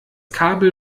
kabel